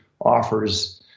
offers